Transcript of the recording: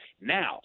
Now